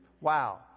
wow